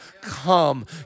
come